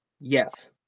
yes